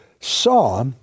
saw